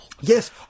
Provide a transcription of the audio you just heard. Yes